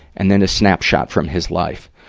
and then a snapshot from his life.